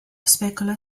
especula